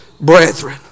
brethren